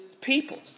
people